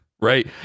right